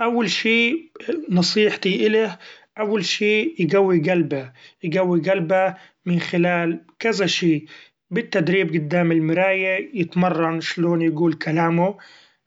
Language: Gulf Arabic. أول شي نصيحتي اله أول شي يقوي قلبه يقوي قلبه من خلال كذا شي بالتدريب قدام المرايي يتمرن شلون يقول كلامو